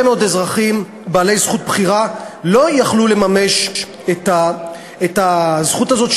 מאוד אזרחים בעלי זכות בחירה לא יכלו לממש את הזכות הזאת,